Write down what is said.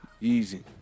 Easy